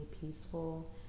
peaceful